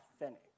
authentic